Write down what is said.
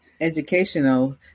educational